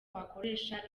bakoresha